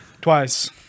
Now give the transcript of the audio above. Twice